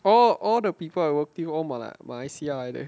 all all the people I work with all 马来马来西亚 leh